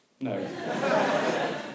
No